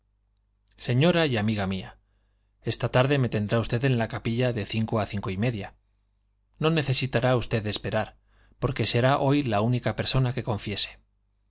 señora y amiga mía esta tarde me tendrá usted en la capilla de cinco a cinco y media no necesitará usted esperar porque será hoy la única persona que confiese